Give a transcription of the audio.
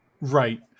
Right